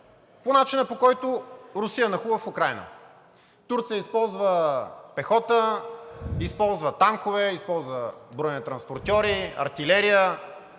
по начина, по който Русия нахлу в Украйна. Турция използва пехота, използва танкове, използва бронетранспортьори, артилерия,